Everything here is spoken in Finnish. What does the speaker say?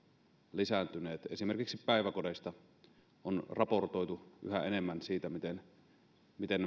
lisääntyneet esimerkiksi päiväkodeista on raportoitu yhä enemmän siitä miten miten